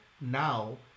Now